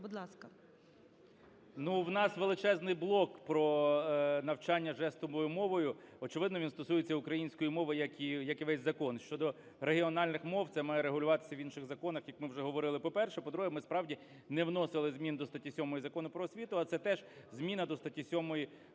У нас величезний блок про навчання жестовою мовою, очевидно, він стосується української мови, як і весь закон. Щодо регіональних мов, це має регулюватися в інших законах, як ми вже говорили, по-перше. По-друге, ми справді не вносили змін до статті 7 Закону "Про освіту", а це теж зміна до статті 7 Закону